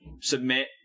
submit